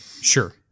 Sure